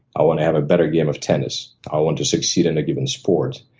i want to have a better game of tennis. i want to succeed in a given sport.